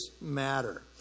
matter